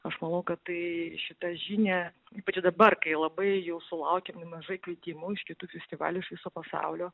aš manau kad tai šita žinia ypač dabar kai labai jau sulaukėm nemažai kvietimų iš kitų festivalių iš viso pasaulio